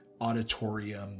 auditorium